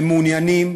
שמעוניינים